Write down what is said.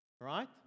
Right